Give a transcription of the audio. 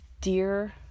Dear